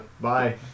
bye